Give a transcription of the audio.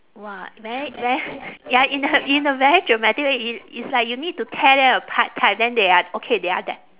!wah! very very ya in a in a very dramatic way i~ it's like you need to tear them apart type then they are okay they are d~